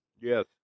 Yes